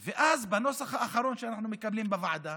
ואז, בנוסח האחרון שאנחנו מקבלים בוועדה,